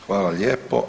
Hvala lijepo.